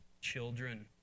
children